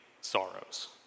sorrows